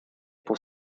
pour